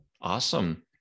Awesome